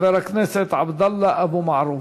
חבר הכנסת עבדאללה אבו מערוף.